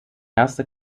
erste